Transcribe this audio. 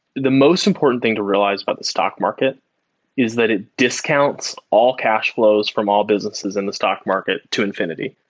the most important thing to realize about the stock market is that it discounts all cash flows from all businesses in the stock market to infinity.